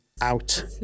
out